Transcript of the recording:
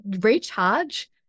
recharge